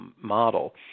model